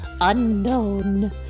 unknown